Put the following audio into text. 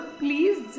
please